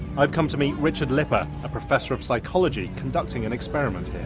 i've come to meet richard lippa, a professor of psychology, conducting an experiment here.